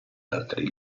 altri